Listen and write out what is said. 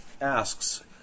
asks